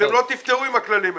אתם לא תפתרו עם הכללים האלה.